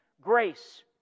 grace